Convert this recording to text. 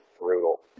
brutal